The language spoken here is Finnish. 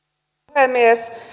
puhemies